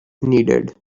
needed